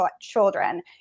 children